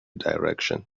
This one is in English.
direction